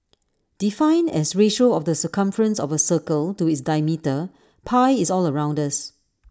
defined as ratio of the circumference of A circle to its diameter pi is all around us